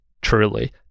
truly